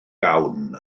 iawn